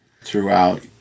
throughout